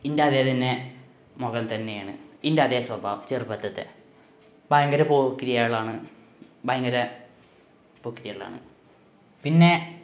എന്റെ അതേതന്നെ മുഖം തന്നെയാണ് എന്റെ അതേ സ്വഭാവം ചെറുപ്പത്തിലത്തെ ഭയങ്കര പോക്കിരികളാണ് ഭയങ്കര പോക്കിരികളാണ് പിന്നെ